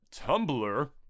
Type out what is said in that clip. Tumblr